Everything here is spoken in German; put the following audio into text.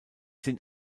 sind